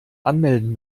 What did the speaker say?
anmelden